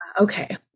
okay